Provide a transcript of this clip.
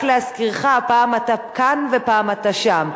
רק להזכירך: פעם אתה כאן ופעם אתה שם.